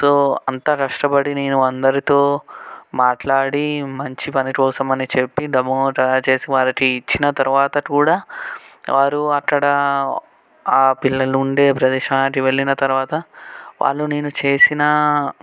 so అంత కష్టపడి నేను అందరితో మాట్లాడి మంచి పని కోసం అని చెప్పి డెమో తయారుచేసి వాళ్ళకి ఇచ్చిన తరువాత కూడా వారు అక్కడ ఆ పిల్లలు ఉండే ప్రదేశానికి వెళ్ళిన తరువాత వాళ్ళు నేను చేసినా